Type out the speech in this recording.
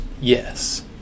yes